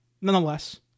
Nonetheless